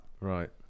Right